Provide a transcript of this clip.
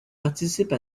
participe